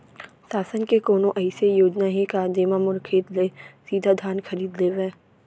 शासन के कोनो अइसे योजना हे का, जेमा मोर खेत ले सीधा धान खरीद लेवय?